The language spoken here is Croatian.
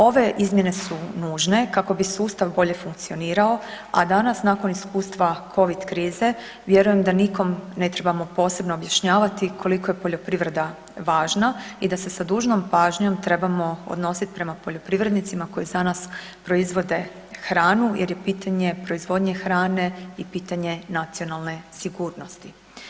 Ove izmjene su nužne kako bi sustav bolje funkcionirao a danas nakon iskustva COVID krize, vjerujem da nikom ne trebamo posebno objašnjavati koliko je poljoprivreda važna i da se sa dužnom pažnjom trebamo odnosit prema poljoprivrednicima koji za nas proizvode hranu jer je pitanje proizvodnje hrane i pitanje nacionalne sigurnosti.